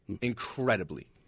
incredibly